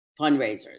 fundraisers